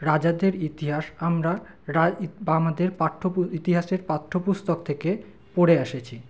রাজাদের ইতিহাস আমরা বা আমাদের পাঠ্য ইতিহাসের পাঠ্যপুস্তক থেকে পড়ে এসেছি